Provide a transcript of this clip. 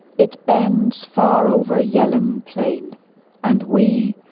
it bends far over yell'ham plain and we,